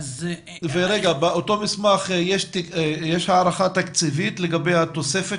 באותו מסמך יש הערכה תקציבית לגבי תוספת